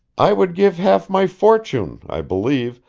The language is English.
i would give half my fortune, i believe,